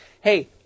hey